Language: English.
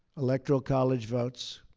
electoral college votes.